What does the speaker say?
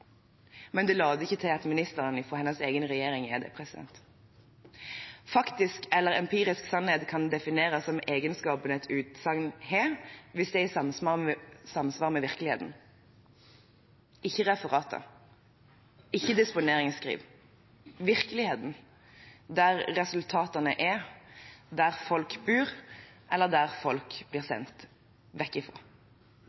Men det later ikke til at ministeren fra hennes egen regjering er det. Faktisk eller empirisk sannhet kan defineres som den egenskapen et utsagn har hvis det er i samsvar med virkeligheten – ikke referater, ikke disponeringsskriv – der resultatene er, der folk bor, eller som folk blir sendt vekk